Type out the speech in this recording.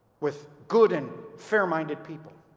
with good and fair-minded people